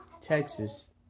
Texas